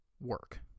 work